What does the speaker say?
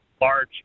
large